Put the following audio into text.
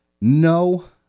No